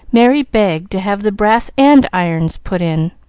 merry begged to have the brass andirons put in,